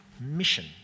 Mission